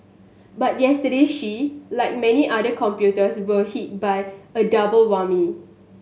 but yesterday she like many other computers were hit by a double whammy